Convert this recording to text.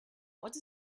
what